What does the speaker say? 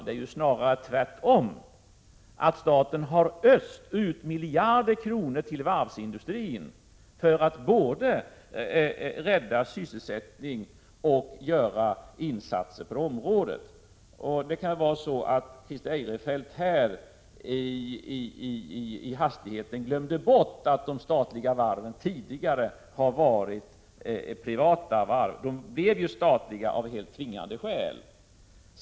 Det är ju snarare tvärtom. Staten har öst ut miljarder kronor till varvsindustrin för att både rädda sysselsättning och göra insatser för varvens del. Christer Eirefelt kanske i hastigheten glömde bort att de statliga varven tidigare var privata varv. De blev ju statliga av helt tvingande skäl.